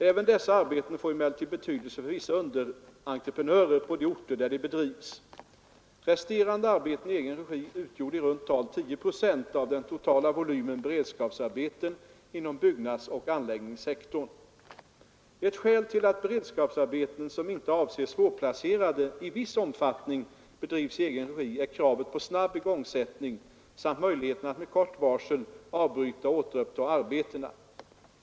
Även dessa arbeten får emellertid betydelse för vissa underentreprenörer på de orter där de bedrivs. Ett skäl till att beredskapsarbeten, som inte avser svårplacerade, i viss omfattning bedrivs i egen regi är kravet på snabb igångsättning samt möjligheten att med kort varsel avbryta och återuppta arbetena.